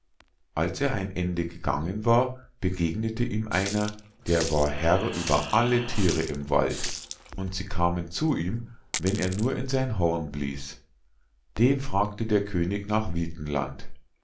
als er ein ende gegangen war begegnete ihm einer der war herr über alle thiere im walde und sie kamen zu ihm wenn er nur in sein horn blies den fragte der könig nach